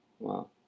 Wow